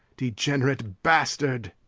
degenerate bastard,